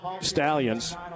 Stallions